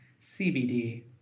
CBD